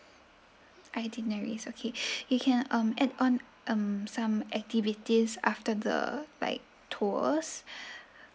itineraries okay you can um add on um some activities after the like tours